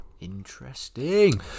Interesting